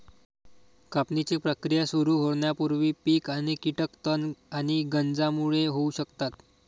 कापणीची प्रक्रिया सुरू होण्यापूर्वी पीक आणि कीटक तण आणि गंजांमुळे होऊ शकतात